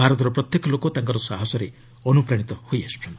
ଭାରତର ପ୍ରତ୍ୟେକ ଲୋକ ତାଙ୍କର ସାହସରେ ଅନୁପ୍ରାଣିତ ହୋଇ ଆସୁଛନ୍ତି